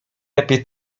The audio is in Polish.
lepiej